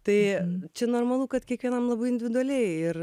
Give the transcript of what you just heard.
tai čia normalu kad kiekvienam labai individualiai ir